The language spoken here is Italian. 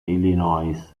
illinois